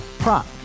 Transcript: Prop